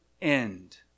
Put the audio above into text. end